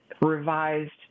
revised